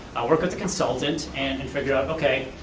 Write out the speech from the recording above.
i'll work with the consultant and and figure out, okay,